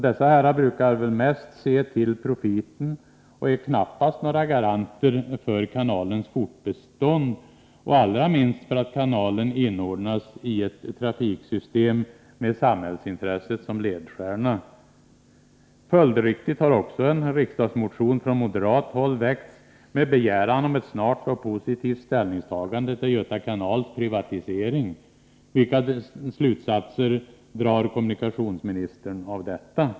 Dessa herrar brukar väl mest se till profiten och är knappast några garanter för kanalens fortbestånd och allra minst för att kanalen inordnas i ett trafiksystem med samhällsintresset som ledstjärna. Följdriktigt har också en riksdagsmotion från moderat håll väckts med begäran om ett snart och positivt ställningstagande till Göta kanals privatisering. Vilka slutsatser drar kommunikationsministern av detta?